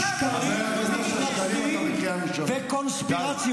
בושה וחרפה, בושה וחרפה.